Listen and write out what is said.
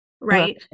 right